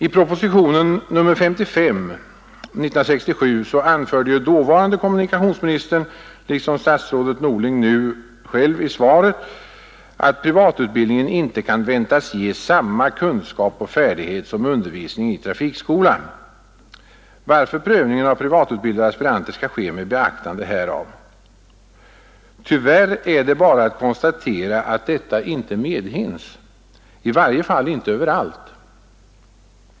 I proposition nr 55 år 1967 anförde dåvarande kommunikationsministern, liksom statsrådet Norling nu i svaret, att privatutbildningen inte kan väntas ge samma kunskap och färdighet som undervisning i trafikskola, varför prövningen av privatutbildade aspiranter skall ske med beaktande härav. Tyvärr är det bara att konstatera att detta inte medhinns, i varje fall inte överallt.